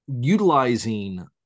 utilizing